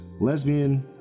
Lesbian